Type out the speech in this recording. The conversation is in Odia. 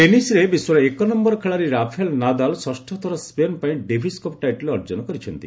ଟେନିସ୍ ଟେନିସ୍ରେ ବିଶ୍ୱର ଏକନୟର ଖେଳାଳି ରାଫେଲ ନାଡାଲ ଷଷଥର ସ୍କେନ୍ ପାଇଁ ଡେଭିସ୍ କପ୍ ଟାଇଟଲ୍ ଅର୍ଜନ କରିଛନ୍ତି